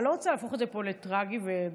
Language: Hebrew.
אבל אני לא רוצה להפוך את זה לטרגי ודרמטי,